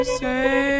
say